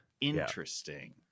Interesting